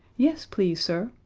yes, please, sir,